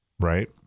Right